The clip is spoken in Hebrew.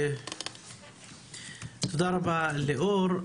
תודה רבה ליאור.